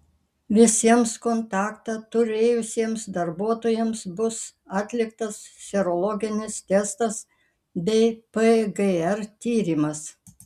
visiems kontaktą turėjusiems darbuotojams bus atliktas serologinis testas bei pgr tyrimas